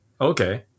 okay